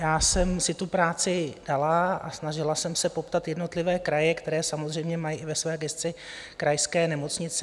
Já jsem si tu práci dala a snažila jsem se poptat v jednotlivých krajích, které samozřejmě mají ve své gesci krajské nemocnice.